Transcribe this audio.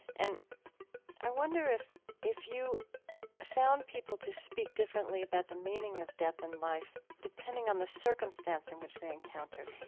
and i wonder if if you found people to speak differently about the meaning of death and life, depending on the circumstance in which they encountered?